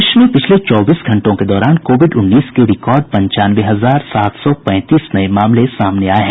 देश में पिछले चौबीस घंटों के दौरान कोविड उन्नीस के रिकार्ड पंचानवे हजार सात सौ पैंतीस नये मामले सामने आये हैं